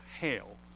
hail